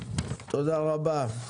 תודה רבה.